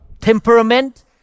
temperament